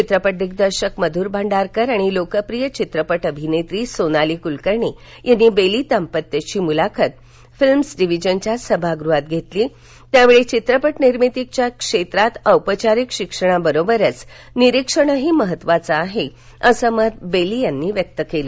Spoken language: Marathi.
चित्रपट दिग्दर्शक मधूर भांडारकर आणि लोकप्रिय चित्रपट अभिनेत्री सोनाली कुलकर्णी यांनी बेली दाम्पत्याची मुलाखत फिल्म डिव्हिजनच्या सभागृहात घेतली त्यावेळी चित्रपट निर्मितीच्या क्षेत्रात औपचारिक शिक्षणाबरोबरच निरीक्षण महत्त्वाचे आहे असे मत बेली यांनी व्यक्त केलं